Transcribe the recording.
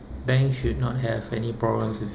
bank should not have any problems with